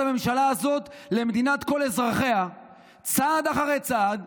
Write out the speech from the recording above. הממשלה הזאת למדינת כל אזרחיה צעד אחרי צעד,